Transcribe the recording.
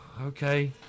Okay